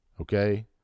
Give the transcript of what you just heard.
Okay